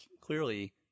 clearly